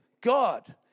God